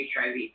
HIV